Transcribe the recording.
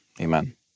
amen